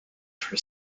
for